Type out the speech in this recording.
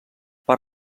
per